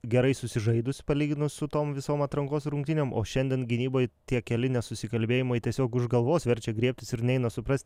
gerai susižaidus palyginus su tom visom atrankos rungtynėm o šiandien gynyboj tie keli nesusikalbėjimai tiesiog už galvos verčia griebtis ir neina suprast